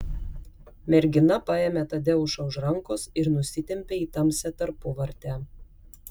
mergina paėmė tadeušą už rankos ir nusitempė į tamsią tarpuvartę